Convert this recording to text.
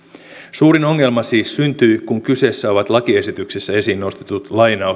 suurin ongelma siis syntyy kun kyseessä ovat lakiesityksessä esiin nostetut